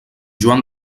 joan